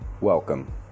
welcome